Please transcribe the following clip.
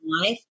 life